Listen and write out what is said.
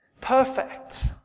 Perfect